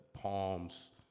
Palms